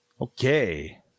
Okay